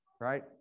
right